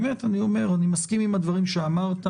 באמת אני אומר, אני מסכים עם הדברים שאמרת.